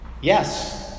Yes